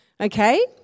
Okay